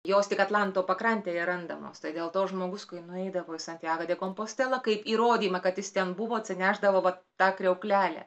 jos tik atlanto pakrantėje randamos tai dėl to žmogus kai nueidavo į santjago de kompostelą kaip įrodymą kad jis ten buvo atsinešdavo va tą kriauklelę